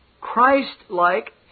Christ-like